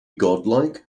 godlike